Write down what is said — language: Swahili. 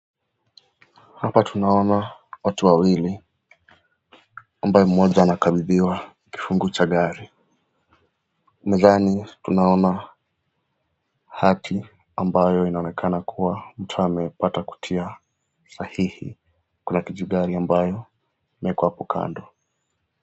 Hapa tunaona watu wawili ambaye mmoja anakabidhiwa kifunguu cha gari, mezani tunaona hati ambayo inaonekana kuwa mtu amepata kutia sahihi. Kuna kijigari ambayo imewekwa hapo kando.